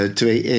twee